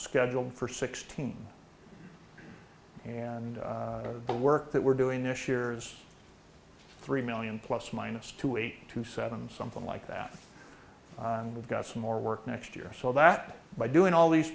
scheduled for sixteen and the work that we're doing this year is three million plus minus two eight to seven and something like that and we've got some more work next year so that by doing all these